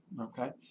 Okay